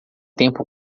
tempo